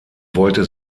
wollte